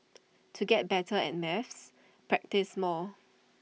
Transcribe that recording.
to get better at maths practise more